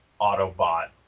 Autobot